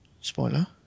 Spoiler